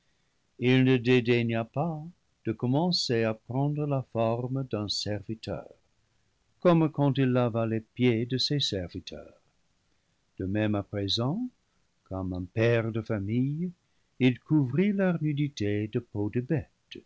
il ne dédaigna pas de commencer à prendre la forme d'un serviteur comme quand il lava les pieds de ses serviteurs de même à présent comme un père de famille il couvrit leur nudité de peaux de